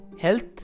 health